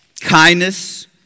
kindness